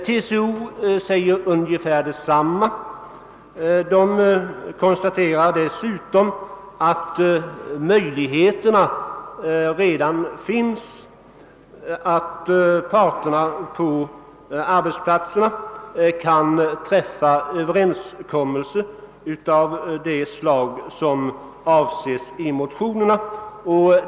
TCO säger ungefär detsamma och konstaterar dessutom att möjlighet redan finns, att parterna på arbetsplatserna kan träffa överenskommelse av det slag som avses i motionerna.